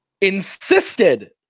insisted